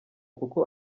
kuko